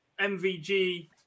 MVG